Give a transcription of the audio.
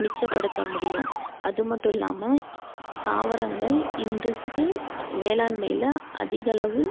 மிச்சப்படுத்த முடியும் அது மட்டும் இல்லாமல் தாவரங்கள் இன்றைக்கு வேளாண்மையில் அதிகளவு